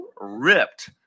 ripped